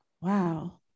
wow